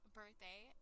birthday